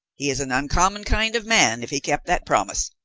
he is an uncommon kind of man if he kept that promise,